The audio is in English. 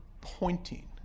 pointing